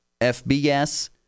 FBS